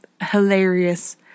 hilarious